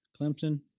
Clemson